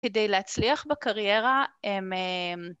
כדי להצליח בקריירה הם אה...